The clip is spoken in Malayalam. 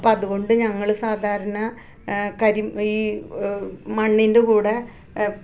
അപ്പം അത് കൊണ്ട് ഞങ്ങൾ സാധാരണ കരി ഈ മണ്ണിൻ്റെ കൂടെ